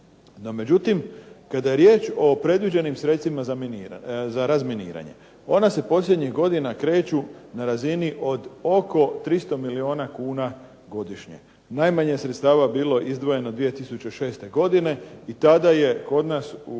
međutim, kada je riječ o predviđenim sredstvima za razminiranje, ona se posljednjih godina kreću na razini od oko 300 milijuna kuna godišnje. Najmanje sredstava je bilo izdvojeno 2006. godine i tada je kod nas u